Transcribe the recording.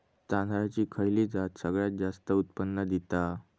तांदळाची खयची जात सगळयात जास्त उत्पन्न दिता?